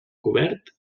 cobert